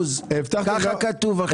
ככה כתוב עכשיו.